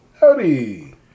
Howdy